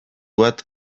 bat